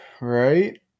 right